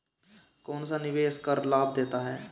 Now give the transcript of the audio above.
कौनसा निवेश कर लाभ देता है?